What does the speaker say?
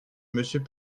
monsieur